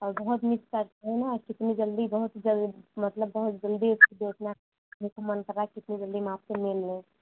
और बहुत मिस करते हैं न कितनी जल्दी बहुत जल्द मतलब बहुत जल्दी मेको मन कर रहा है कितनी जल्दी हम आपसे मिल लें